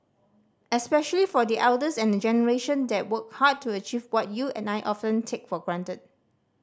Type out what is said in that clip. especially for the elders and the generation that worked hard to achieve what you and I often take for granted